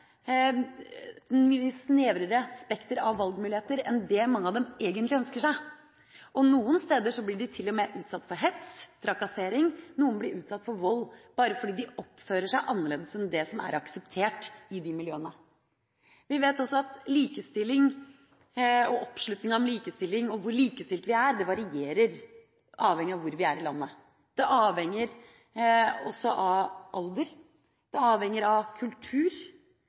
mye snevrere spekter av valgmuligheter enn det mange av dem egentlig ønsker seg. Noen steder blir de til og med utsatt for hets og trakassering, og noen blir utsatt for vold bare fordi de oppfører seg annerledes enn det som er akseptert i miljøene. Vi vet også at likestilling, oppslutning om likestilling, og hvor likestilt vi er, varierer avhengig av hvor vi er i landet. Det avhenger også av alder, og det avhenger av kultur.